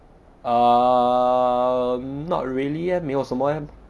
ah not really eh 没有什么 leh